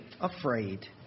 afraid